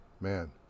man